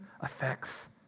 affects